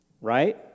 Right